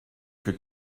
que